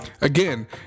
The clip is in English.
Again